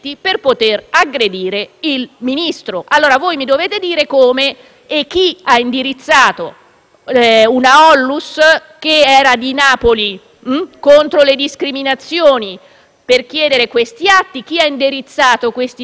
una ONLUS di Napoli contro le discriminazioni per chiedere questi atti, chi ha indirizzato questi trenta degnissimi cittadini eritrei per organizzarsi e fare un'operazione di questo genere.